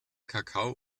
kakao